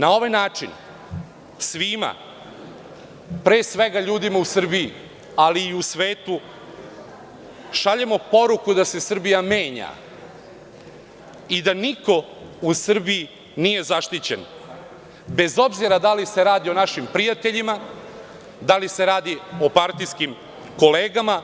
Na ovaj način svima, pre svega ljudima u Srbiji, ali i u svetu, šaljemo poruku da se Srbija menja i da niko u Srbiji nije zaštićen, bez obzira da li se radi o našim prijateljima, da li se radi o partijskim kolegama,